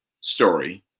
story